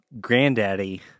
granddaddy